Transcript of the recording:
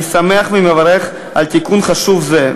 אני שמח ומברך על תיקון חשוב זה,